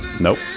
Nope